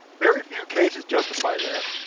very few cases justify that.